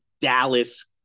Dallas